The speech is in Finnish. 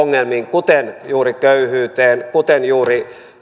kuten juuri köyhyyteen kuten juuri